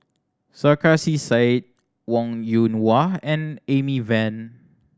Sarkasi Said Wong Yoon Wah and Amy Van